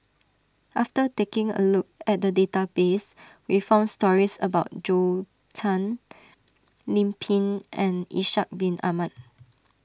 after taking a look at the database we found stories about Zhou Can Lim Pin and Ishak Bin Ahmad